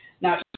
Now